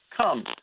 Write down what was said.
come